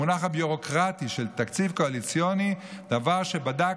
המונח הביורוקרטי "תקציב קואליציוני" דבר שבדקתי,